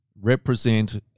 represent